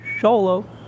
Solo